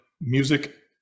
music